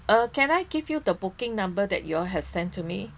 uh can I give you the booking number that you all have sent to me